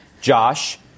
Josh